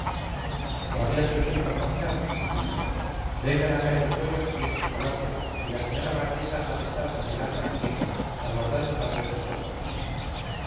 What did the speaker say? rabiando estoy por marcharme dije vengan acá esos bollos y ese chocolate que la señora marquesa ha de estar con el alma en un hilo aguardando tan buenas cosas